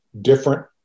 different